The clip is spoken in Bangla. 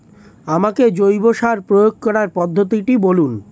আমাকে জৈব সার প্রয়োগ করার পদ্ধতিটি বলুন?